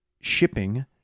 shipping